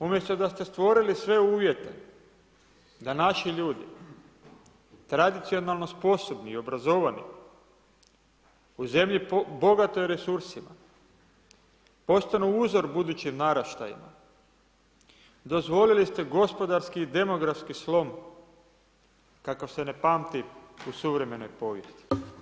Umjesto da ste stvorili sve uvjete da naši ljudi tradicionalno sposobni i obrazovani, u zemlji bogatoj resursima, postanu uzor budućim naraštajima, dozvolili ste gospodarski i demografski slom kakav se ne pamti u suvremenoj povijesti.